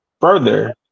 further